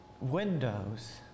windows